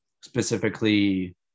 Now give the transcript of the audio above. specifically